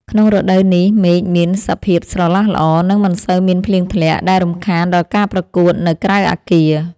ក្នុងរដូវនេះ មេឃមានសភាពស្រឡះល្អ និងមិនសូវមានភ្លៀងធ្លាក់ ដែលរំខានដល់ការប្រកួតនៅក្រៅអគារ។